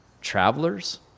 Travelers